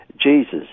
Jesus